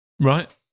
Right